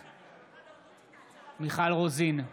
בעד מיכל רוזין,